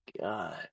god